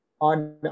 on